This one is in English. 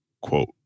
quote